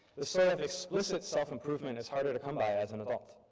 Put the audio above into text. the soul of explicit self-improvement is harder to come by as an adult.